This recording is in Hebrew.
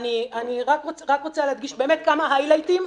אני רוצה להדגיש כמה היי-לייטים,